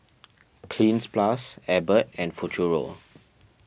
Cleanz Plus Abbott and Futuro